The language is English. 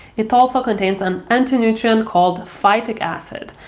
it also contains an antinutrient called phytic acid.